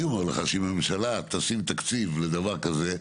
אני אומר לך שאם הממשלה תשים תקציב לדבר כזה,